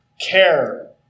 care